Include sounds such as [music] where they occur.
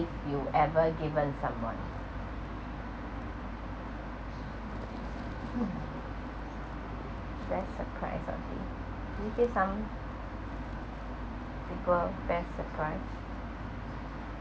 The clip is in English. gift you ever given someone [breath] best surprise or gift will give some people best surprise